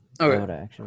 Okay